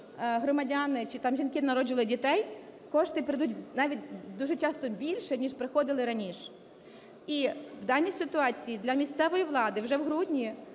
громадяни, чи там жінки народжували дітей, кошти перейдуть навіть дуже часто більше, ніж приходили раніше. І в даній ситуації для місцевої влади вже в грудні